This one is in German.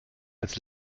als